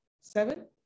seven